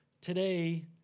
Today